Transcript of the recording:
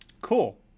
Cool